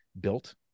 built